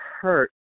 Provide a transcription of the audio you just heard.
hurt